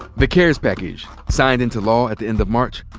the cares package, signed into law at the end of march,